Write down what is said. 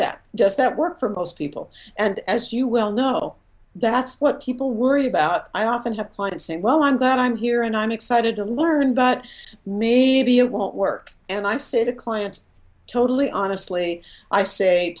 that just at work for most people and as you well know that's what people worried about i often have clients and well i'm glad i'm here and i'm excited to learn but maybe it won't work and i say to clients totally honestly i say